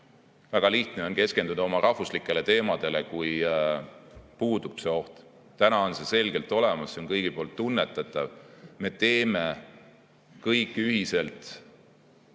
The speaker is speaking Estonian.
Väga lihtne on keskenduda oma rahvuslikele teemadele, kui puudub see oht. Täna on see selgelt olemas, see on kõigile tunnetatav. Me teeme kõik ühiselt